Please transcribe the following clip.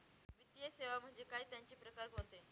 वित्तीय सेवा म्हणजे काय? त्यांचे प्रकार कोणते?